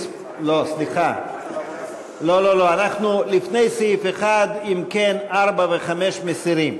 הסתייגות מס' 4 לפני סעיף 1, לא להצביע, מסירים.